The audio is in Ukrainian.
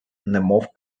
немов